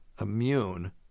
immune